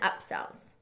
upsells